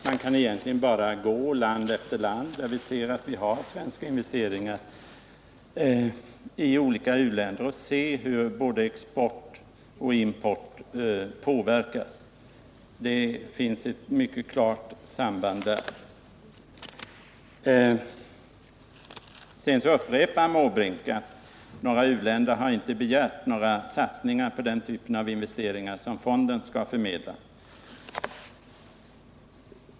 Man kan bara titta på olika u-länder där det finns svenska investeringar för att se hur export och import påverkas. Det finns ett mycket klart samband där. Bertil Måbrink upprepar att inga u-länder har begärt några satsningar på den typ av investeringar som fonden skall förmedla.